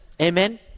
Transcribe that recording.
Amen